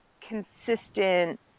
consistent